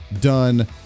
done